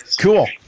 Cool